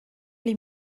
les